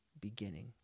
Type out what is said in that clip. beginning